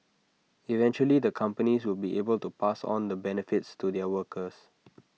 eventually the companies will be able to pass on the benefits to their workers